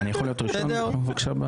בסדר?